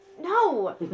No